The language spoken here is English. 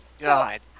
God